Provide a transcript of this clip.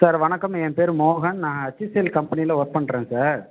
sir வணக்கம் என் பேர் மோகன் நான் ஹெச்சிஎல் கம்பெனியில் ஒர்க் பண்ணுறேன் சார்